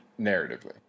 Narratively